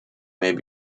may